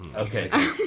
Okay